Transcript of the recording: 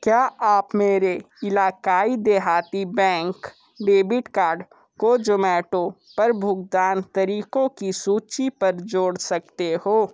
क्या आप मेरे इलाकाई देहाती बैंक डेबिट कार्ड को जोमैटो पर भुगतान तरीको की सूची पर जोड़ सकते हो